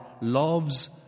loves